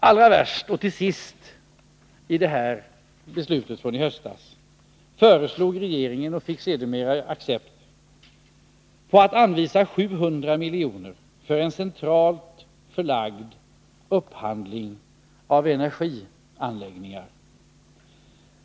Allra värst är att regeringen i det här sammanhanget i höstas föreslog och sedermera fick accept för att anvisa 700 miljoner till en centralt förlagd upphandling av energianläggningar.